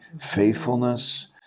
Faithfulness